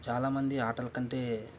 చాలామంది ఆటల కంటే